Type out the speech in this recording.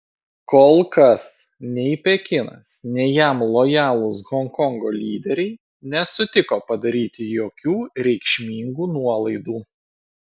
kol kas nei pekinas nei jam lojalūs honkongo lyderiai nesutiko padaryti jokių reikšmingų nuolaidų